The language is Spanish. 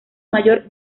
mayor